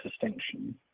distinction